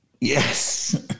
Yes